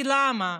למה?